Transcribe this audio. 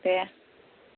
दे